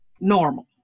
normal